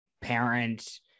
parents